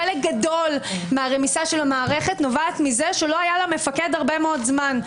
חלק גדול מהרמיסה של המערכת נובעת מזה שלא היה לה מפקד הרבה מאוד זמן.